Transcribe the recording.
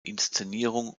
inszenierung